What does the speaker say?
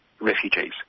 refugees